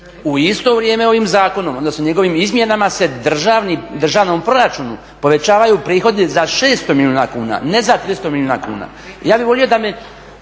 U isto vrijeme ovim zakonom, odnosno njegovim izmjenama se državnom proračunu povećavaju prihodi za 600 milijuna kuna, a ne za 300 milijuna kuna. Ja bih volio da mi